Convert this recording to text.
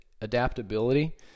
adaptability